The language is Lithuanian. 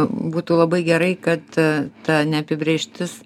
būtų labai gerai kad ta neapibrėžtis